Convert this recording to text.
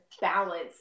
balance